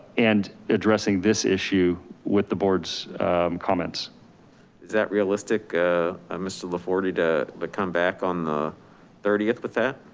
and addressing this issue with the boards comments. is that realistic mr laforte to but come back on the thirtieth with that?